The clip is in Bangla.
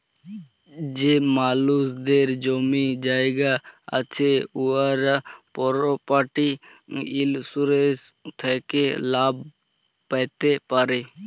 যে মালুসদের জমি জায়গা আছে উয়ারা পরপার্টি ইলসুরেলস থ্যাকে লাভ প্যাতে পারে